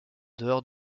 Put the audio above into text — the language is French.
dehors